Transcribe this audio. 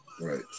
Right